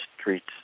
streets